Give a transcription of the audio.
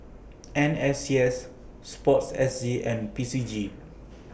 N S C S Sports S G and P C G